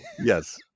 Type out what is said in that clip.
Yes